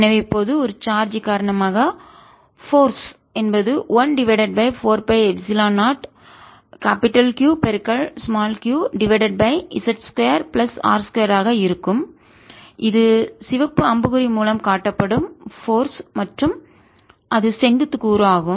எனவே இப்போது ஒரு சார்ஜ் காரணமாக போர்ஸ் சக்திஎன்பது 1 divided by 4 pi epsilon 0 Qq divided by z 2 plus r 2 ஆக இருக்கும் இது சிவப்பு அம்புக்குறி மூலம் காட்டப்படும் போர்ஸ் சக்தி மற்றும் அது செங்குத்து கூறு ஆகும்